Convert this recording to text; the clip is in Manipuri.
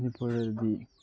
ꯃꯅꯤꯄꯨꯔꯗꯗꯤ